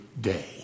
day